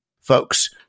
folks